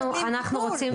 דקה.